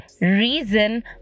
reason